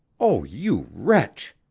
oh, you wretch!